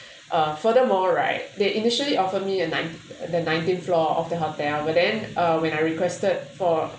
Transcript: uh furthermore right they initially offer me uh nine the nineteen floor of the hotel but then uh when I requested for